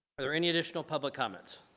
are there any additional public comments